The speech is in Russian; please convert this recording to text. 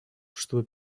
чтобы